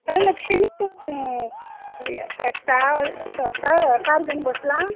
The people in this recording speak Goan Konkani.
हॅलो लक्ष्मी तूं यें फेस्ता फेस्ता एपार घेवन बसलां